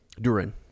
Durin